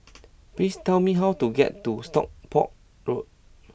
please tell me how to get to Stockport Road